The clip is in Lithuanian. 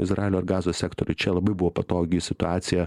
izraelio ar gazos sektoriuj čia labai buvo patogi situacija